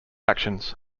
actions